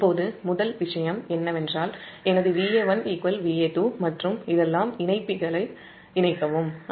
இப்போது முதல் விஷயம் என்னவென்றால் எனது Va1 Va2 மற்றும் இதெல்லாம் இணைப்பிகளை இணைக்கவும் Ia1 Ia2 Ia0 0